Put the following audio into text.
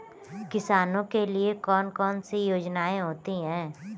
किसानों के लिए कौन कौन सी योजनायें होती हैं?